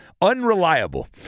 Unreliable